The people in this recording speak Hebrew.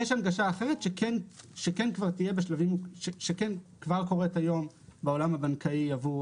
יש הנגשה אחרת שכן כבר קורית היום בעולם הבנקאי עבור